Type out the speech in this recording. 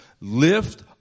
lift